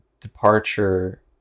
departure